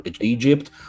Egypt